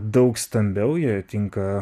daug stambiau jie tinka